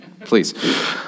please